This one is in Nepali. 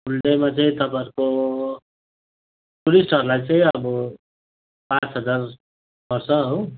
फुल डेमा चाहिँ तपाईँहरूको टुरिस्टहरूलाई चाहिँ अब पाँच हजार पर्छ हो